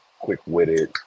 quick-witted